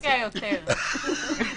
האופוזיציה יותר...